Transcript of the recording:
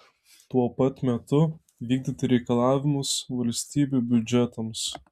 tuo pat metu vykdyti reikalavimus valstybių biudžetams